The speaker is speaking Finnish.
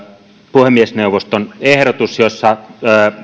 puhemiesneuvoston ehdotus jossa